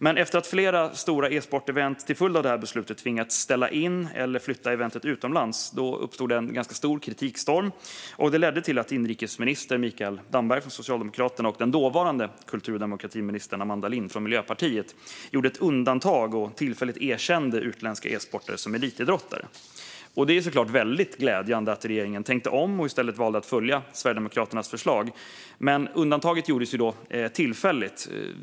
Men efter att flera stora e-sportevent till följd av detta beslut tvingats ställa in eller flytta utomlands uppstod en kritikstorm, vilket ledde till att inrikesminister Mikael Damberg, Socialdemokraterna, och den dåvarande kultur och demokratiministern Amanda Lind, Miljöpartiet, gjorde ett undantag och tillfälligt erkände utländska e-sportare som elitidrottare. Det är väldigt glädjande att regeringen tänkte om och i stället valde att följa Sverigedemokraternas förslag. Men undantaget gjordes bara tillfälligt.